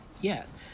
Yes